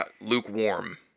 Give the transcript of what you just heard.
lukewarm